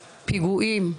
פיגועים,